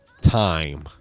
time